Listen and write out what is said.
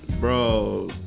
Bro